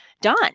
done